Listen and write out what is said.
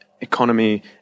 economy